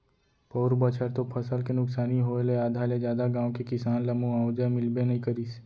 पउर बछर तो फसल के नुकसानी होय ले आधा ले जादा गाँव के किसान ल मुवावजा मिलबे नइ करिस